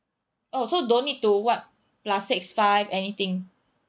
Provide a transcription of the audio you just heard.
oh so don't need to what plus six five anything